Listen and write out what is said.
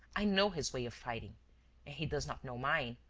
i know his way of fighting, and he does not know mine.